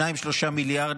2 3 מיליארד,